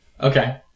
Okay